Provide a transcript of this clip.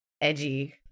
edgy